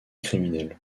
criminels